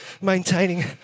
maintaining